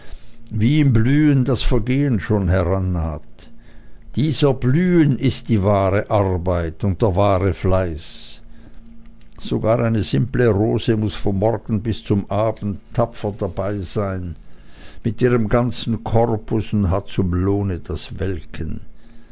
wie im blühen das vergehen schon herannaht dies erblühen ist die wahre arbeit und der wahre fleiß sogar eine simple rose muß vom morgen bis zum abend tapfer dabeisein mit ihrem ganzen korpus und hat zum lohne das welken